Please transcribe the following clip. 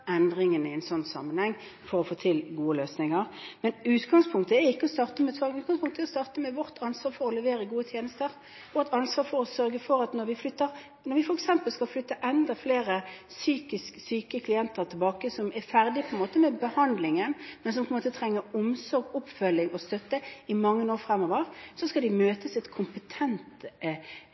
i en sånn sammenheng bremser endringene for å få til gode løsninger. Men utgangspunktet er ikke å starte med tvang. Utgangspunktet er å starte med vårt ansvar for å levere gode tjenester. Vi har et ansvar for, når vi f.eks. skal flytte tilbake enda flere psykisk syke klienter som er ferdige med behandlingen, men som trenger omsorg, oppfølging og støtte i mange år fremover, å sørge for at de skal møte en kompetent